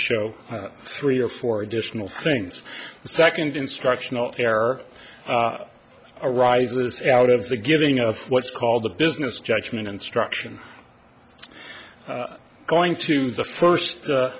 show three or four additional things a second instructional error arises out of the giving of what's called the business judgment instruction going to the first